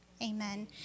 Amen